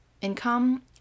income